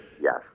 yes